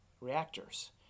reactors